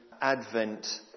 Advent